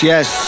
Yes